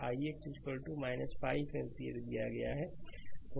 और उत्तर ix 5 ampere दिया गया है